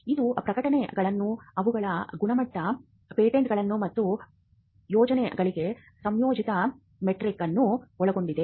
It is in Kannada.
ಇದು ಪ್ರಕಟಣೆಗಳು ಅವುಗಳ ಗುಣಮಟ್ಟ ಪೇಟೆಂಟ್ಗಳು ಮತ್ತು ಯೋಜನೆಗಳಿಗೆ ಸಂಯೋಜಿತ ಮೆಟ್ರಿಕ್ ಅನ್ನು ಒಳಗೊಂಡಿದೆ